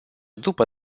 după